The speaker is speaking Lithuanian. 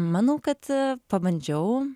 manau kad pabandžiau